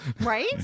Right